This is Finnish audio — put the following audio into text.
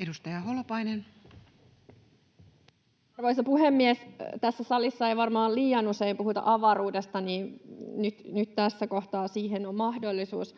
18:42 Content: Arvoisa puhemies! Tässä salissa ei varmaan liian usein puhuta avaruudesta, ja nyt tässä kohtaa siihen on mahdollisuus.